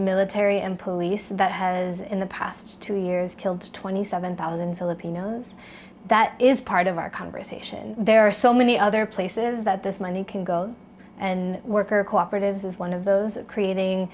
military and police that has in the past two years killed twenty seven thousand filipinos that is part of our conversation there are so many other places that this money can go and work or operatives is one of those creating